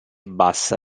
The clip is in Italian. bassa